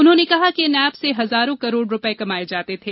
उन्होंने कहा कि इन ऐप से हजारों करोड़ रूपए कमाए जाते थे